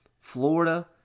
Florida